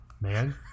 man